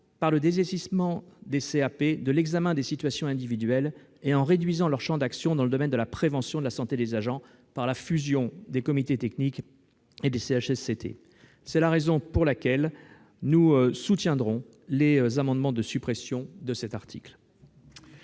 par le dessaisissement des CAP, de l'examen des situations individuelles et en réduisant leur champ d'action dans le domaine de la prévention de la santé des agents par la fusion des comités techniques et des CHSCT. C'est la raison pour laquelle nous soutiendrons les amendements de suppression de cet article.